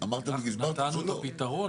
הסברת שלא.